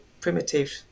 primitive